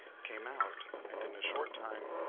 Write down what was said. came out and, in a short time,